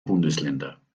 bundesländer